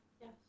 Yes